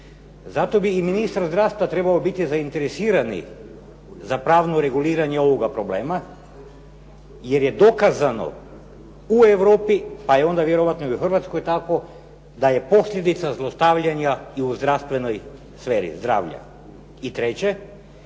Zato bi i ministar zdravstva trebao biti zainteresiran za pravno reguliranje ovoga problema jer je dokazano u Europi, pa je onda vjerojatno i u Hrvatskoj tako, da je posljedica zlostavljanja i u zdravstvenoj sferi zdravlja. I treće,